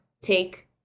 take